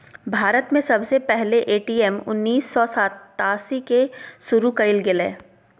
भारत में सबसे पहले ए.टी.एम उन्नीस सौ सतासी के शुरू कइल गेलय